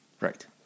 Right